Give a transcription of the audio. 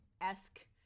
esque